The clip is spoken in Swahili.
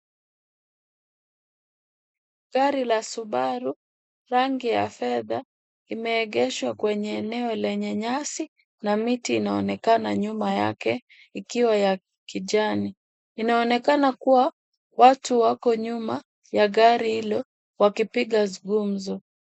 Gari la Subaru, rangi ya fedha imeegeshwa kwenye eneo lenye nyasi, na miti inaonekana nyuma yake ikiwa ya kijani. Inaonekana kuwa watu wako nyuma ya gari hilo wakipiga gumzo.